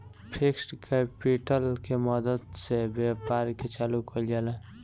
fixed capital के मदद से व्यापार के चालू कईल जाला